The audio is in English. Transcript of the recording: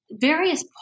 various